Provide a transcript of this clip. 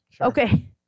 Okay